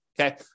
okay